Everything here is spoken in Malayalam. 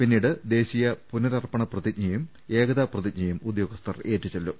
പിന്നീട് ദേശീയ പുനർപ്പണ പ്രതിജ്ഞയും ഏകതാ പ്രതിജ്ഞയും ഉദ്യോഗസ്ഥർ ഏറ്റുചൊല്ലും